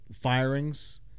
firings